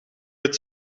het